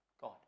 God